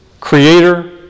Creator